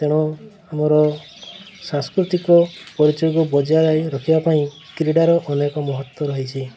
ତେଣୁ ଆମର ସାଂସ୍କୃତିକ ପରିଚୟକୁ ବଜାୟ ରଖିବା ପାଇଁ କ୍ରୀଡ଼ାର ଅନେକ ମହତ୍ତ୍ଵ ରହିଛି